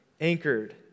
anchored